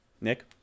nick